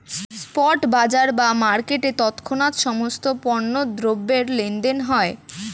spot বাজার বা মার্কেটে তৎক্ষণাৎ সমস্ত পণ্য দ্রব্যের লেনদেন হয়